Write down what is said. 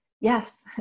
yes